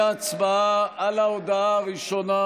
להצבעה על ההודעה הראשונה,